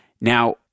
Now